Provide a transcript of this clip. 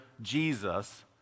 Jesus